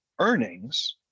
earnings